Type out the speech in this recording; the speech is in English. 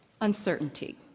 uncertainty